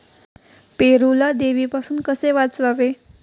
पेरूला देवीपासून कसे वाचवावे?